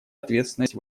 ответственность